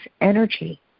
energy